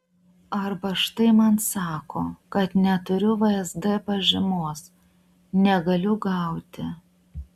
arba štai man sako kad neturiu vsd pažymos negaliu gauti